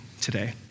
today